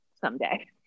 someday